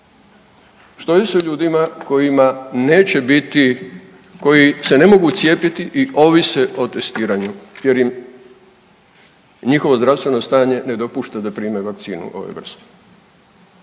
Što je sa ljudima kojima neće biti, koji se ne mogu cijepiti i ovise o testiranju jer im njihovo zdravstveno stanje ne dopušta da prime vakcinu ove vrste?